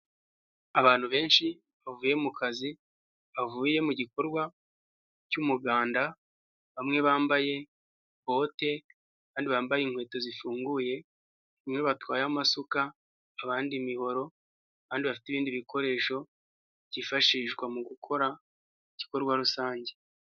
Abantu benshi bavuye mu kazi. Bavuye mu gikorwa cy'umuganda. Bamwe bambaye bote kandi bambaye inkweto zifunguye, bamwe batwaye amasuka, abandi imihoro kandi bafite ibindi bikoresho byifashishwa mu gukora igikorwa rusange.